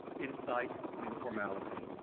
insight, and informality.